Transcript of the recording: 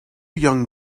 young